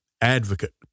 Advocate